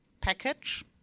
package